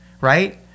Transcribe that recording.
right